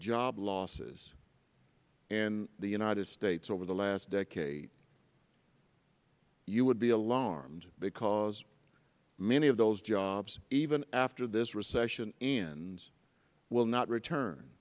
job losses in the united states over the last decade you would be alarmed because many of those jobs even after this recession ends will not return